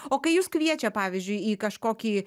o kai jus kviečia pavyzdžiui į kažkokį